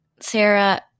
Sarah